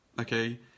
Okay